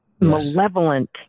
malevolent